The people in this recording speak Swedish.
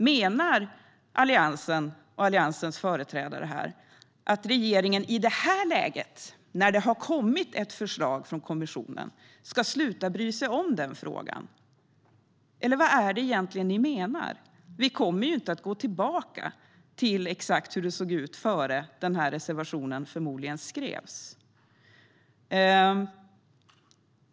Menar Alliansen att regeringen i detta läge, när det har kommit ett förslag från kommissionen, ska sluta att bry sig om denna fråga? Eller vad menar ni egentligen? Vi kommer ju inte att gå tillbaka till hur det såg ut innan denna reservation förmodligen skrevs.